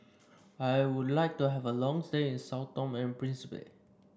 I would like to have a long stay in Sao Tome and Principe